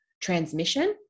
transmission